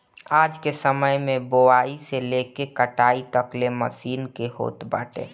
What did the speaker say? आजके समय में बोआई से लेके कटाई तकले मशीन के होत बाटे